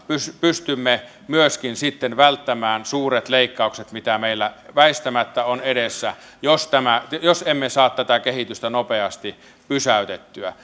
pystymme myöskin sitten välttämään suuret leikkaukset mitä meillä väistämättä on edessä jos emme saa tätä kehitystä nopeasti pysäytettyä